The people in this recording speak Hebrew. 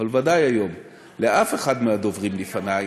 אבל בוודאי היום, לאף אחד מהדוברים לפני,